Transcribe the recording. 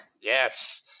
Yes